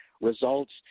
results